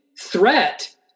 threat